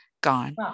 gone